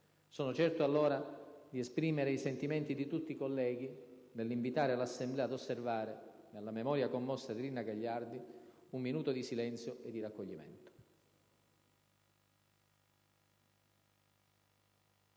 Sono certo allora di esprimere i sentimenti di tutti i colleghi nell'invitare l'Assemblea ad osservare, nella memoria commossa di Rina Gagliardi, un minuto di silenzio e di raccoglimento.